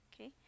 Okay